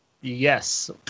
Yes